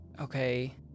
okay